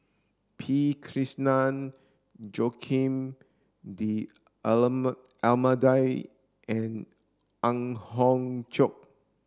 P Krishnan Joaquim D Almeida and Ang Hiong Chiok